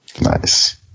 Nice